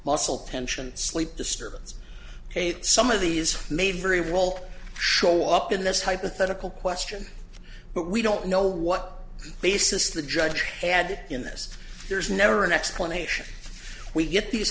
muscle tension sleep disturbance hate some of these may very well show up in this hypothetical question but we don't know what basis the judge had in this there's never an explanation we get these